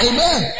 Amen